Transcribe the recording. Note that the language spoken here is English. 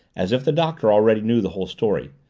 as if the doctor already knew the whole story.